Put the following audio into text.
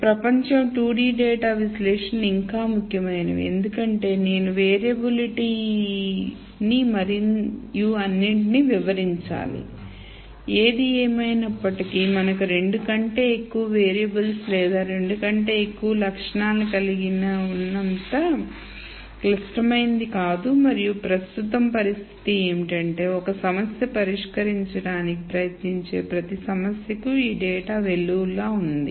కాబట్టి ప్రపంచం 2 D data విశ్లేషణలు ఇంకా ముఖ్యమైనవి ఎందుకంటే నేను వేరియబిలిటీని మరియు అన్నింటినీ వివరించాలి ఏది ఏమయినప్పటికీ మనకు రెండు కంటే ఎక్కువ వేరియబుల్స్ లేదా రెండు కంటే ఎక్కువ లక్షణాలను కలిగి ఉన్నంత క్లిష్టమైనది కాదు మరియు ప్రస్తుతం పరిస్థితి ఏమిటంటే ఒక సమస్య పరిష్కరించడానికి ప్రయత్నించే ప్రతి సమస్యకు ఈ డేటా వెల్లువలా ఉంది